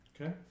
Okay